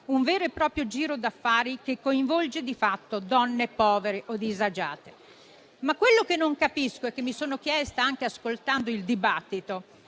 un vero e proprio giro d'affari che coinvolge di fatto donne povere o disagiate. Quello che però non capisco e che mi sono chiesta anche ascoltando il dibattito